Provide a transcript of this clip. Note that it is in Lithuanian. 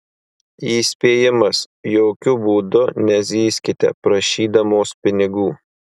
įspėjimas jokiu būdų nezyzkite prašydamos pinigų